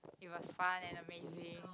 it was fun and amazing